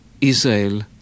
Israel